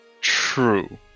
True